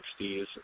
60s